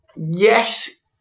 yes